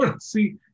See